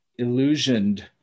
illusioned